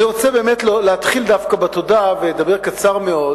אני רוצה להתחיל דווקא בתודה ולדבר מאוד בקצרה,